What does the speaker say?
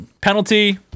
penalty